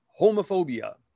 homophobia